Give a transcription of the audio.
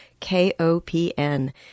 KOPN